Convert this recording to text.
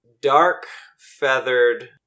dark-feathered